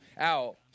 out